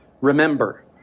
Remember